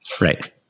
Right